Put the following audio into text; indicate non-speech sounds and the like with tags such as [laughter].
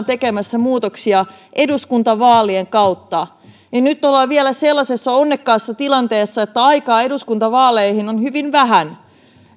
[unintelligible] tekemässä muutoksia eduskuntavaalien kautta mutta nyt ollaan vielä sellaisessa onnekkaassa tilanteessa että aikaa eduskuntavaaleihin on hyvin vähän